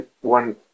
one